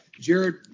Jared